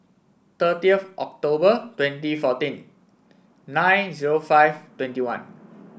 thirtieth October twenty fourteen nine zero five twenty one